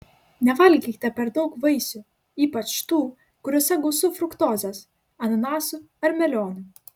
nevalgykite per daug vaisių ypač tų kuriuose gausu fruktozės ananasų ar melionų